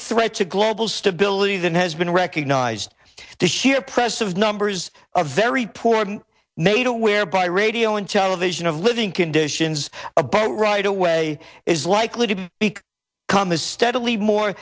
threat to global stability than has been recognized the sheer press of numbers of very poor made aware by radio and television of living conditions about right away is likely to